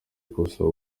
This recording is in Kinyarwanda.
kubasaba